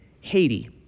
Haiti